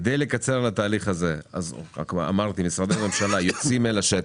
כדי לקצר את התהליך הזה משרדי הממשלה יוצאים אל השטח,